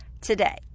today